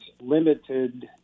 limited